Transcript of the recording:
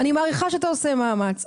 אני מעריכה שאתה עושה מאמץ.